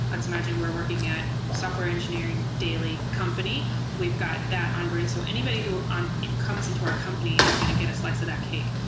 let's imagine we're working at software engineering daily company. we've that onboarding. so anybody who um you know comes into our company is going to get a slice of that cake.